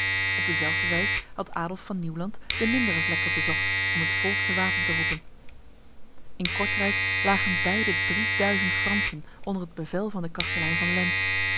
op dezelfde wijs had adolf van nieuwland de mindere vlekken bezocht om het volk te wapen te roepen in kortrijk lagen bij de drieduizend fransen onder het bevel van de kastelein van lens